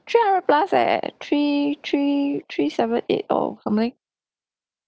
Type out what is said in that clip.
three hundred plus eh three three three seven eight or something